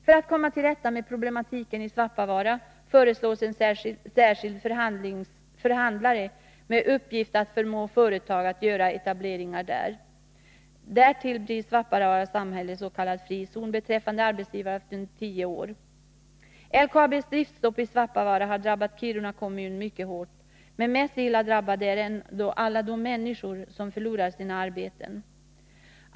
För att komma till rätta med problematiken i Svappavaara föreslås en särskild förhandlare med uppgift att förmå företag att göra etableringar där. Därtill blir Svappavaara samhälle s.k. frizon beträffande arbetsgivaravgiften under tio år. LKAB:s driftstopp i Svappavaara har drabbat Kiruna kommun mycket hårt, men mest drabbade är ändå alla de människor som förlorar sina arbeten.